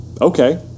Okay